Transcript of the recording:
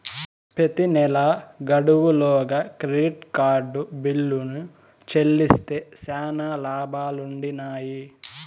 ప్రెతి నెలా గడువు లోగా క్రెడిట్ కార్డు బిల్లుని చెల్లిస్తే శానా లాబాలుండిన్నాయి